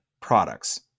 products